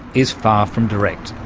is far from direct.